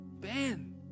ben